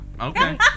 Okay